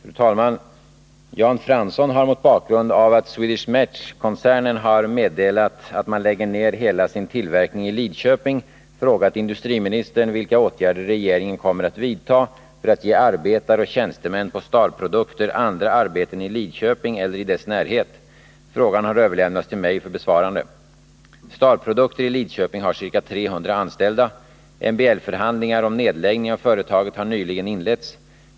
Fru talman! Jan Fransson har mot bakgrund av att Swedish-Matchkoncernen har meddelat att man lägger ner hela sin tillverkning i Lidköping frågat industriministern vilka åtgärder regeringen kommer att vidta för att ge arbetare och tjänstemän på Starprodukter andra arbeten i Lidköping eller i dess närhet. Frågan har överlämnats till mig för besvarande. Starprodukter i Lidköping har ca 300 anställda. MBL-förhandlingar om nedläggning av företaget har nyligen inletts.